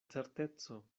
certeco